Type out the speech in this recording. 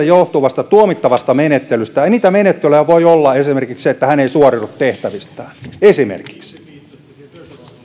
johtuvasta tuomittavasta menettelystä ja ja niitä menettelyjä voi olla esimerkiksi se että hän ei suoriudu tehtävistään esimerkiksi